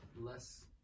less